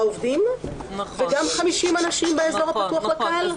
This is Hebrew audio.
עובדים וגם 50 אנשים באזור הפתוח לקהל?